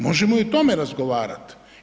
Možemo i o tome razgovarati.